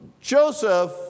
Joseph